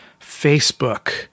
Facebook